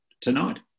tonight